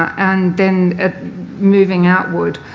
and then moving outward,